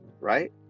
right